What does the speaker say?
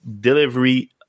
delivery